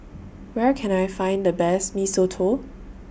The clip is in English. Where Can I Find The Best Mee Soto